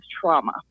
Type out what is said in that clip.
trauma